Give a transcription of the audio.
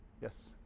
Yes